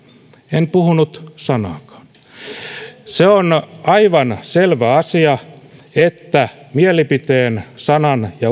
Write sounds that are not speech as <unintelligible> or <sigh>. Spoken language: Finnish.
en puhunut sanaakaan se on aivan selvä asia että mielipiteen sanan ja <unintelligible>